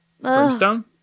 Brimstone